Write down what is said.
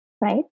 right